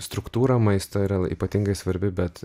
struktūra maisto yra ypatingai svarbi bet